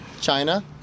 China